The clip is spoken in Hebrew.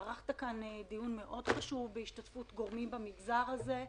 ערכתי פה דיון מאוד חשוב בהשתתפות גורמים מהמגזר הזה.